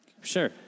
Sure